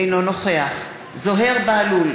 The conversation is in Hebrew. אינו נוכח זוהיר בהלול,